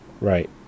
Right